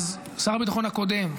שר הביטחון הקודם,